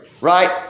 Right